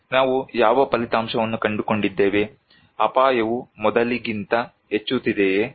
ನಾವು ಯಾವ ಫಲಿತಾಂಶವನ್ನು ಕಂಡುಕೊಂಡಿದ್ದೇವೆ ಅಪಾಯವು ಮೊದಲಿಗಿಂತ ಹೆಚ್ಚುತ್ತಿದೆಯೇ